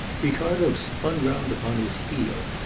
ricardo spun round upon his heel.